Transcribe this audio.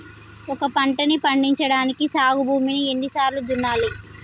ఒక పంటని పండించడానికి సాగు భూమిని ఎన్ని సార్లు దున్నాలి?